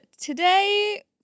today